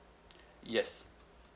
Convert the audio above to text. yes